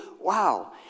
Wow